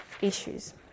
issues